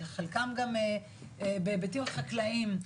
חלקם גם בהיבטים החקלאיים,